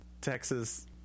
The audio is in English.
Texas